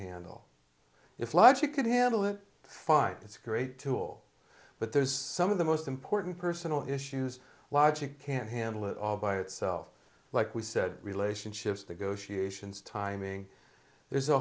handle if logic could handle it fine it's a great tool but there's some of the most important personal issues logic can't handle it all by itself like we said relationships to go she ations timing there's a